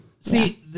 See